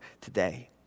today